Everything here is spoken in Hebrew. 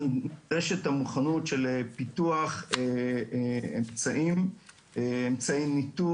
נדרשת מוכנות של פיתוח אמצעי ניטור